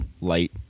light